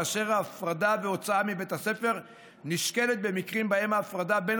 כאשר ההפרדה וההוצאה מבית הספר נשקלות במקרים שבהם ההפרדה בין